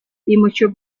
immature